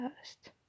first